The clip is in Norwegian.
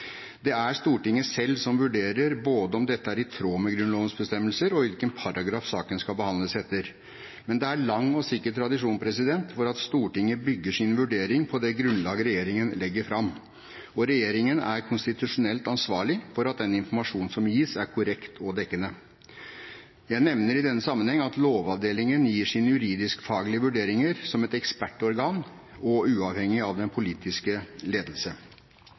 Det er Stortinget selv som vurderer både om dette er i tråd med Grunnlovens bestemmelser og hvilken paragraf saken skal behandles etter. Men det er en lang og sikker tradisjon for at Stortinget bygger sin vurdering på det grunnlag regjeringen legger fram, og regjeringen er konstitusjonelt ansvarlig for at den informasjon som gis, er korrekt og dekkende. Jeg nevner i denne sammenheng at Lovavdelingen gir sine juridisk-faglige vurderinger som et ekspertorgan og uavhengig av den politiske ledelse.